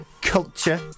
culture